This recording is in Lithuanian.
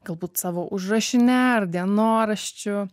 galbūt savo užrašine ar dienoraščiu